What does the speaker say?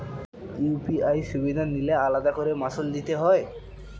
UPI সুবিধা নিলে আলাদা করে মাসুল দিতে হয়?